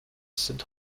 sind